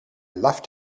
left